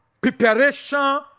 preparation